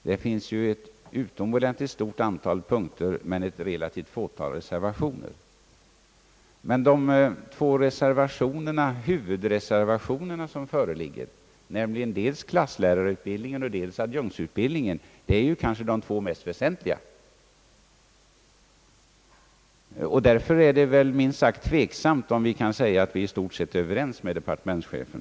Det finns ju ett utomordentligt stort antal punkter i detta ärende men ett relativt litet antal reservationer. Men huvudreservationerna, nämligen de som gäller dels klasslärarutbildningen, dels adjunktsutbildningen, avser de två kanske mest väsentliga punkterna. Därför är det minst sagt tveksamt om det kan sägas att vi i stort sett är överens med departementschefen.